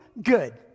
Good